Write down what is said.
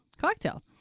cocktail